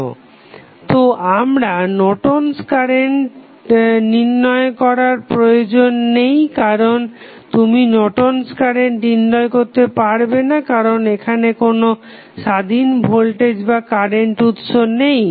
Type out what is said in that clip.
তো তোমার Norton's current Nortons current নির্ণয় করার প্রয়োজন নেই কারণ তুমি নর্টন'স কারেন্ট Nortons current নির্ণয় করতে পারবে না কারণ এখানে কোনো স্বাধীন ভোল্টেজ বা কারেন্ট উৎস নেই